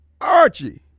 Archie